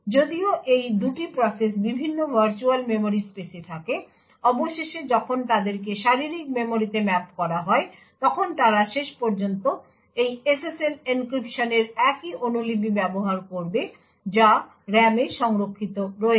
যদিও এই 2টি প্রসেস বিভিন্ন ভার্চুয়াল মেমরি স্পেসে থাকে অবশেষে যখন তাদেরকে শারীরিক মেমরিতে ম্যাপ করা হয় তখন তারা শেষ পর্যন্ত এই SSL এনক্রিপশনের একই অনুলিপি ব্যবহার করবে যা RAM এ সংরক্ষিত রয়েছে